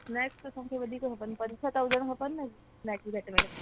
snacks असांखे वधीक खपनि पंज छह त हुजणु खपनि न स्नैक्स घटि में घटि